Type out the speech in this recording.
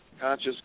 conscious